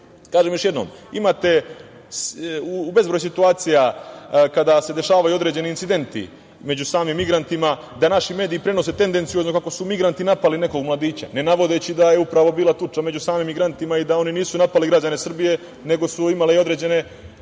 i nema. Još jednom kažem, imate u bezbroj situacija kada se dešavaju određeni incidenti među samim migrantima da naši mediji prenose tendenciozno kako su migranti napali nekog mladića, ne navodeći da je upravo bila tuča među samim migrantima i da oni nisu napali građane Srbije, nego su imali određene